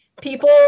people